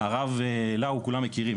הרב לאו כולם מכירים.